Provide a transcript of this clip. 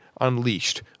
unleashed